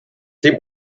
dem